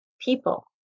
people